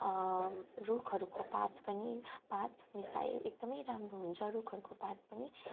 रुखहरूको पात पनि पात मिसाए एकदमै राम्रो हुन्छ रुखहरूको पात पनि